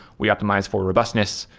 we optimize for robustness.